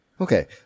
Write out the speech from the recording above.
Okay